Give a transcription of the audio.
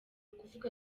ukuvuga